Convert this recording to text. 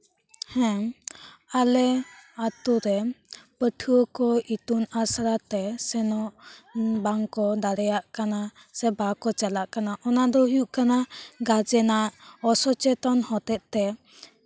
ᱦᱮᱸ ᱟᱞᱮ ᱟᱛᱳᱨᱮ ᱯᱟᱹᱴᱷᱩᱣᱟᱹ ᱠᱚ ᱤᱛᱩᱱ ᱟᱥᱲᱟ ᱛᱮ ᱥᱮᱱᱚᱜ ᱵᱟᱝᱠᱚ ᱫᱟᱲᱮᱭᱟᱜ ᱠᱟᱱᱟ ᱥᱮ ᱵᱟᱠᱚ ᱪᱟᱞᱟᱜ ᱠᱟᱱᱟ ᱚᱱᱟ ᱫᱚ ᱦᱩᱭᱩᱜ ᱠᱟᱱᱟ ᱜᱟᱨᱡᱮᱱᱟᱜ ᱚᱥᱚᱪᱮᱛᱚᱱ ᱦᱚᱛᱮᱜ ᱛᱮ